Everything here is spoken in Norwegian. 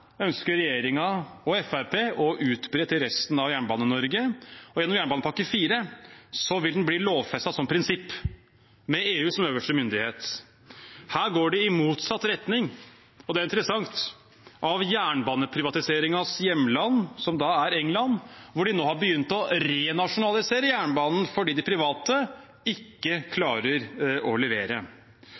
ønsker regjeringen og Fremskrittspartiet å utbre til resten av Jernbane-Norge, og gjennom jernbanepakke IV vil den bli lovfestet som prinsipp, med EU som øverste myndighet. Her går det i motsatt retning – og det er interessant – av jernbaneprivatiseringens hjemland, som er England, hvor de nå har begynt å renasjonalisere jernbanen fordi de private ikke klarer å levere.